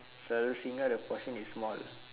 so single the portion is small